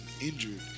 injured